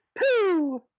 Pooh